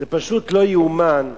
זה פשוט לא ייאמן,